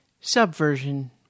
Subversion